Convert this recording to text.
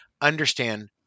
understand